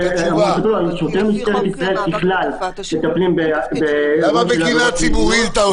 שוטרי משטרת ישראל ככלל מטפלים באירועים של עבירות פליליות.